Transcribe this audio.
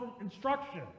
instruction